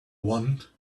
want